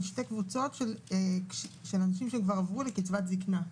שתי קבוצות של אנשים שכבר עברו לקצבת זקנה.